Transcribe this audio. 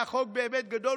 היה חוק באמת גדול,